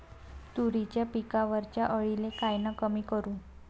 तुरीच्या पिकावरच्या अळीले कायनं कमी करू?